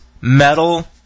metal